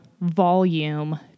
volume